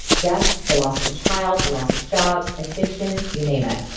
death, the loss of a child, the loss of jobs, addiction, you name it.